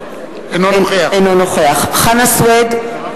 אינו נוכח חנא סוייד,